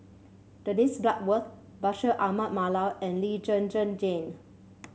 Dennis Bloodworth Bashir Ahmad Mallal and Lee Zhen Zhen Jane